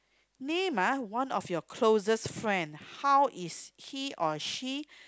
name ah one of your closest friend how is he or she